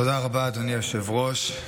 תודה רבה, אדוני היושב-ראש.